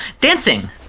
dancing